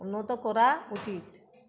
উন্নত করা উচিত